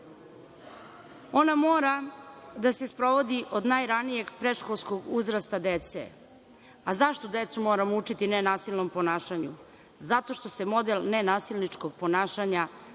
Ona mora da se sprovodi od najranijeg predškolskog uzrasta dece. A zašto decu moramo učiti nenasilnom ponašanju? Zato što se model nenasilničkog ponašanja